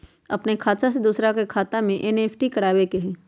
अपन खाते से दूसरा के खाता में एन.ई.एफ.टी करवावे के हई?